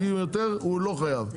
אם יותר הוא לא חייב.